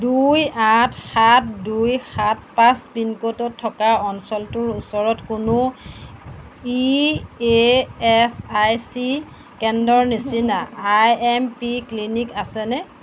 দুই আঠ সাত দুই সাত পাঁচ পিনক'ডত থকা অঞ্চলটোৰ ওচৰত কোনো E A S I C কেন্দ্ৰৰ নিচিনা আই এম পি ক্লিনিক আছেনে